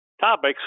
topics